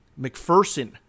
McPherson